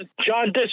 John